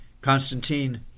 Constantine